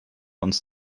uns